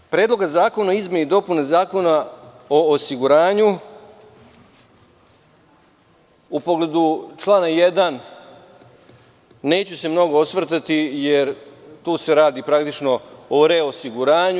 U pogledu Predlog zakona o izmeni i dopuni Zakona o osiguranju, u pogledu člana 1. neću se mnogo osvrtati, jer tu se radi praktično o reosiguranju.